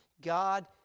God